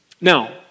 Now